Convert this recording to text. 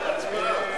לא,